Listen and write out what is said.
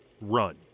run